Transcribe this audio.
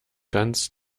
ganz